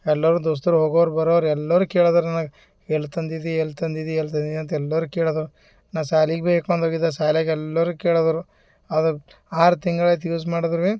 ಎಲ್ಲರು ದೋಸ್ತರು ಹೋಗೋರು ಬರೋರು ಎಲ್ಲರು ಕೇಳದ್ರು ನನಗೆ ಎಲ್ಲಿ ತಂದಿದ್ದಿ ಎಲ್ಲಿ ತಂದಿದ್ದಿ ಎಲ್ಲ ತಂದೆ ಅಂತ ಎಲ್ಲರೂ ಕೇಳದ್ರು ನಾನು ಶಾಲೀಗ್ ಬೇ ಕೊಂಡೋಗಿದ್ದೆ ಶಾಲ್ಯಾಗ ಎಲ್ಲರೂ ಕೇಳಿದರು ಅದು ಆರು ತಿಂಗ್ಳಾಯ್ತು ಯೂಸ್ ಮಾಡಿದ್ರುವೇ